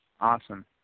Awesome